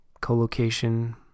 co-location